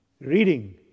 reading